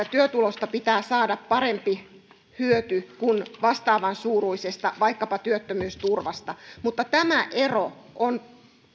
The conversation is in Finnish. työtulosta pitää saada parempi hyöty kuin vastaavan suuruisesta vaikkapa työttömyysturvasta mutta tämä ero on